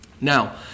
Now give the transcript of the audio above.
Now